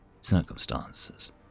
circumstances